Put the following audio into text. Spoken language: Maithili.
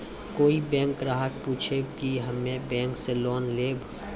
कोई बैंक ग्राहक पुछेब की हम्मे बैंक से लोन लेबऽ?